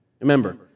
Remember